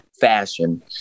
fashion